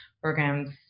programs